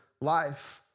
life